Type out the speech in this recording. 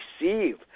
receive